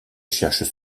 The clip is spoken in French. cherche